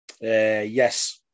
yes